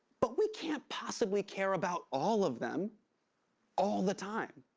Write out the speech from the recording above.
but we can't possibly care about all of them all the time.